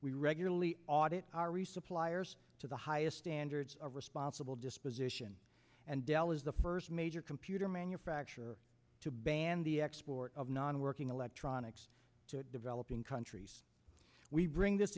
we regularly audit our resupply years to the highest standards of responsible disposition and dell is the first major computer manufacturer to ban the export of non working electronics to developing countries we bring this